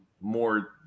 more